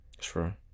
Sure